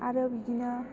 आरो बिदिनो